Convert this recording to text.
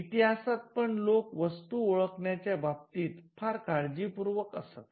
इतिहासात पण लोक वस्तू ओळखण्याच्या बाबतीची फार काळजी पूर्वक असत